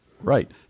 Right